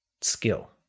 skill